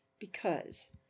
because